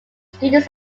students